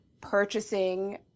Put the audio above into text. purchasing